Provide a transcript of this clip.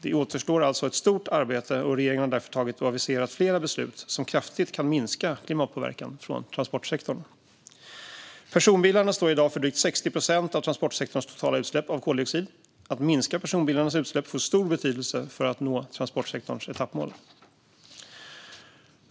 Det återstår alltså ett stort arbete, och regeringen har därför tagit och aviserat flera beslut som kraftigt kan minska klimatpåverkan från transportsektorn. Personbilarna står i dag för drygt 60 procent av transportsektorns totala utsläpp av koldioxid. Att minska personbilarnas utsläpp får stor betydelse för att nå transportsektorns etappmål.